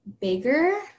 bigger